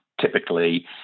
typically